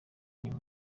benshi